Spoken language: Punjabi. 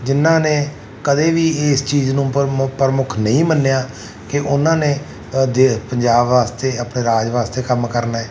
ਜਿਨ੍ਹਾਂ ਨੇ ਕਦੇ ਵੀ ਇਸ ਚੀਜ਼ ਨੂੰ ਪ੍ਰਮੁ ਪ੍ਰਮੁੱਖ ਨਹੀਂ ਮੰਨਿਆ ਕਿ ਉਹਨਾਂ ਨੇ ਦੇਸ਼ ਪੰਜਾਬ ਵਾਸਤੇ ਆਪਣੇ ਰਾਜ ਵਾਸਤੇ ਕੰਮ ਕਰਨਾ